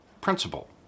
Principle